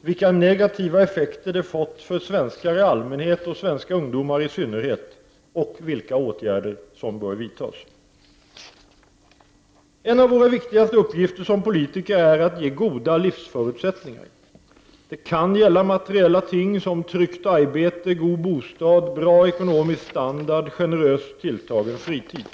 vilka negativa effekter det fått för svenskar i allmänhet och svenska ungdomar i synnerhet och vilka åtgärder som bör vidtas. En av våra viktigaste uppgifter som politiker är att ge goda livsförutsättningar. det kan gälla materiella ting som tryggt arbete, god bostad, bra ekonomisk standard och generöst tilltagen fritid.